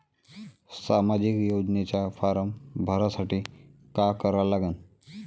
सामाजिक योजनेचा फारम भरासाठी का करा लागन?